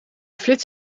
flits